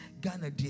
Ghana